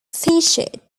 featured